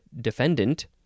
defendant